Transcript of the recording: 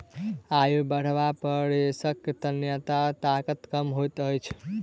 आयु बढ़ला पर रेशाक तन्यता ताकत कम होइत अछि